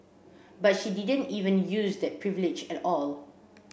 but she didn't even use that privilege at all